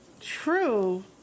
true